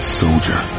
soldier